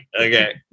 Okay